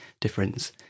difference